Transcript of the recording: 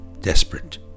desperate